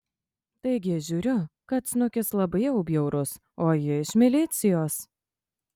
taigi žiūriu kad snukis labai jau bjaurus o ji iš milicijos